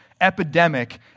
epidemic